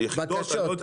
בקשות,